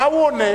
למה הוא עונה?